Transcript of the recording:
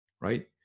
right